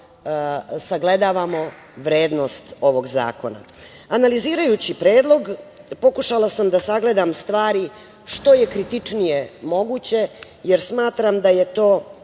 sagledavamo vrednost ovog zakona. Analizirajući Predlog pokušala sam da sagledam stvari što je kritičnije moguće jer smatram da je to